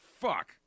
Fuck